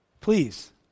please